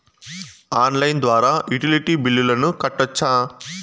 Online ద్వారా utility బిల్లులను కట్టొచ్చా?